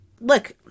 look